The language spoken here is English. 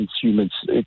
consumers